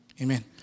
Amen